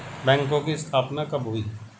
बैंकों की स्थापना कब हुई?